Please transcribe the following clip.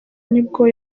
nibwo